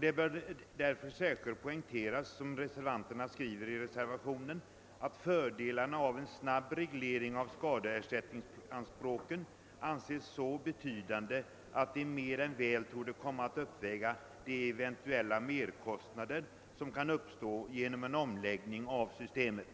Det bör särskilt poängteras, vilket anförts i reservationen, att fördelarna av en snabb reglering av skadeersättningsanspråken måste anses så betydande, att de mer än väl torde komma att uppväga de eventuella merkostnader som kan uppstå genom en omläggning av systemet.